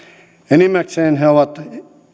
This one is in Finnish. enimmäkseen he ovat